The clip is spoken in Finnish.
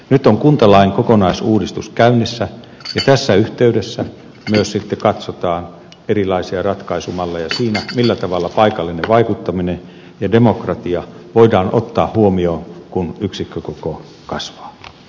nyt on kuntalain kokonaisuudistus käynnissä ja tässä yhteydessä myös sitten katsotaan erilaisia ratkaisumalleja siinä millä tavalla paikallinen vaikuttaminen ja demokratia voidaan ottaa huomioon kun yksikkökoko kasvaa